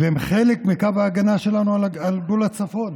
והם חלק מקו ההגנה שלנו על גבול הצפון,